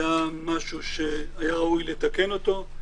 שזה משהו שחשבנו שהיה ראוי לתקן אותו.